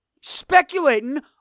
Speculating